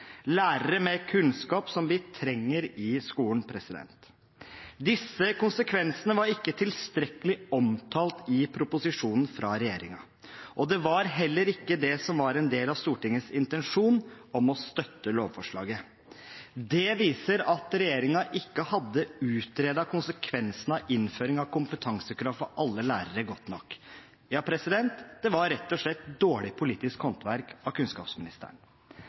lærere med kunnskap som vi trenger i skolen. Disse konsekvensene var ikke tilstrekkelig omtalt i proposisjonen fra regjeringen, og det var heller ikke det som var en del av Stortingets intensjon om å støtte lovforslaget. Det viser at regjeringen ikke hadde utredet konsekvensen av innføring av kompetansekrav for alle lærere godt nok. Ja, det var rett og slett dårlig politisk håndverk av kunnskapsministeren.